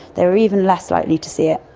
they are even less likely to see it.